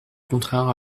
contraire